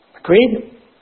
Agreed